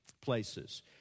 places